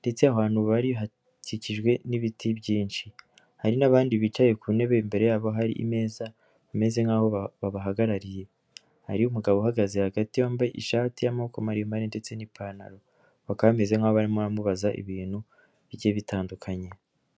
ndetse abantu bari hakikijwe n'ibiti byinshi hari n'abandi bicaye ku ntebe. Imbere yabo hari ameza bameze nk'aho babahagarariye hariho umugabo uhagaze hagati yambaye ishati y'amako maremare ndetse n'ipantaro, bakaba bameze nkaho barimo bamubaza ibintu bigiye bitandukanye.